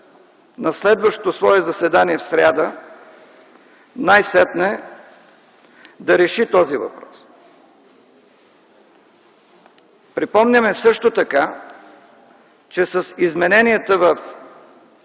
на следващото свое заседание в сряда най-сетне да реши този въпрос. Припомняме също така, че с измененията в